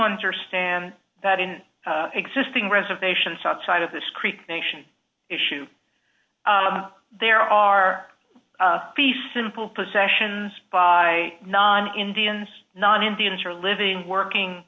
understand that in existing reservations outside of this creek nation issue there are be simple possessions by non indians non indians or living working